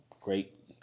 great